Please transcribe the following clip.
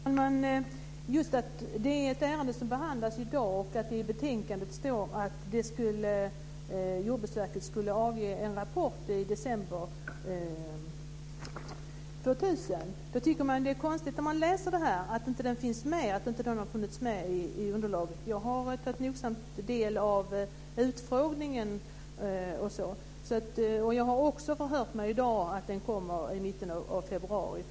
Fru talman! Det här är ett ärende som behandlas i dag, och i betänkandet står det att Jordbruksverket skulle avge en rapport i december 2000. Det är konstigt att den rapporten inte finns med i underlaget. Jag har noga tagit del av utfrågningen. Jag har också förhört mig i dag om att den kommer i mitten av februari.